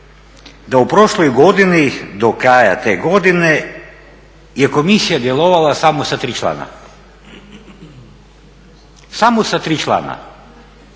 da u prošloj godini do kraja te godine je komisija djelovala samo sa 3 člana i da to nije